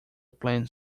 plant